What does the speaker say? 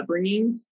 upbringings